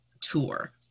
tour